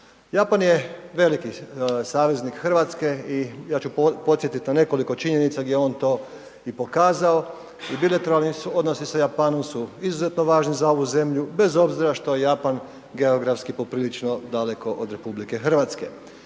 Japan je veliki saveznik Hrvatske i ja ću podsjetiti na nekoliko činjenica gdje je on to i pokazao i bilateralni odnosi sa Japanom su izuzetno važni za ovu zemlju bez obzira što je Japan geografski poprilično daleko od RH.